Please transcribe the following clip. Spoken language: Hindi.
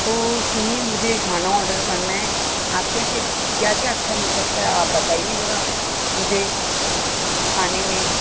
तो सुनिए मुझे खाना ऑर्डर करना है आपके क्या क्या अच्छा मिल सकता है आप बताइए जरा मुझे खाने में